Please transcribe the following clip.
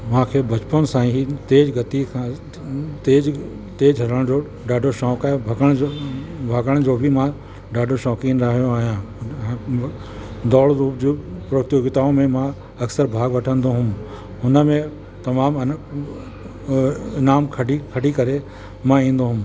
मूंखे बचपन सां ई तेज़ गति सां तेज़ तेज़ हलण जो ॾाढो शौक़ु आहे भॻण जो भॻण जो बि मां ॾाढो शौक़ीन रहियो आहियां दौड़ धूप जो प्रतियोगिताऊं में मां अक्सरि भाग वठंदो हुउमि हुन में तमामु इनाम खटी खटी करे मां ईंदो हुउमि